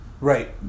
right